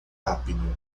rápido